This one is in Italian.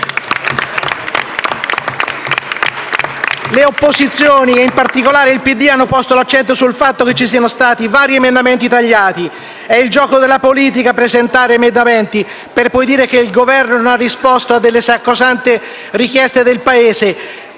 Le opposizioni e in particolare il PD hanno posto l'accento sul fatto che ci siano stati vari emendamenti tagliati. È il gioco della politica presentare emendamenti per poi dire che il Governo non ha risposto a delle sacrosante richieste del Paese